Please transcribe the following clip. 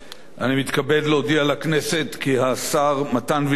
אני מתכבד להודיע לכנסת כי השר מתן וילנאי,